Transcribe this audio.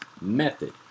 Method